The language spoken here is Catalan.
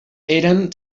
eren